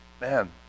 man